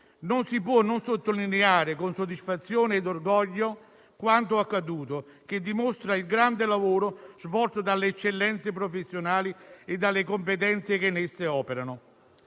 non si può non sottolineare, con soddisfazione e orgoglio, quanto accaduto perché dimostra il grande lavoro svolto dalle eccellenze professionali e dalle competenze che in essa operano.